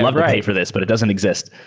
love to pay for this, but it doesn't exist.